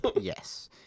Yes